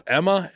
Emma